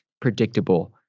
predictable